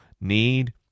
need